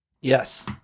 Yes